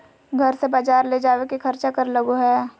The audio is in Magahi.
घर से बजार ले जावे के खर्चा कर लगो है?